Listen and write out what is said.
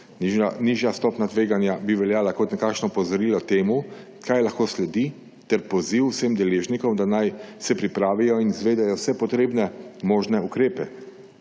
Nižja stopnja tveganja bi veljala kot nekakšno opozorilo temu, kaj lahko sledi, ter poziv vsem deležnikom, da naj se pripravijo in izvedejo vse potrebne možne ukrepe.